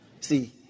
See